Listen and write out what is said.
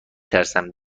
ترسم